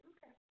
Okay